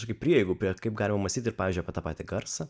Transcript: irgi prieigų prie kaip galima mastyt ir pavyzdžiui apie tą patį garsą